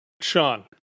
Sean